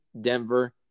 Denver